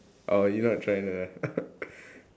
oh you're not trying to